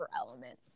element